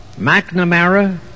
McNamara